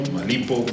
Malipo